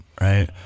right